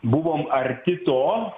buvom arti to